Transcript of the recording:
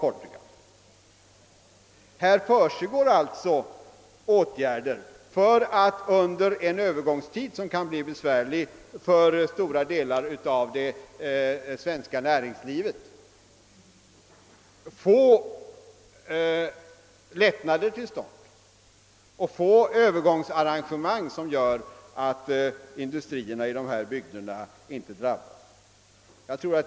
Det har alltså vidtagits åtgärder för att under en Öövergångstid, som kan bli besvärlig för stora delar av det svenska näringslivet, åstadkomma lättnader och vidta övergångsarrangemang som gör att industrierna i berörda bygder inte blir drabbade.